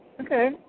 Okay